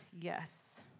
Yes